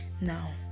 now